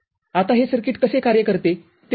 आता हे सर्किट कसे कार्य करते ते पाहू